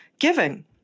giving